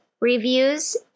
reviews